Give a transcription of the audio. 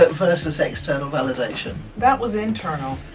but for us, it's external validation. that was internal.